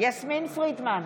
יסמין פרידמן,